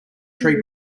tree